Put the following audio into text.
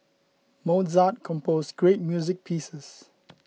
Mozart composed great music pieces